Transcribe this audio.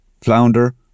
flounder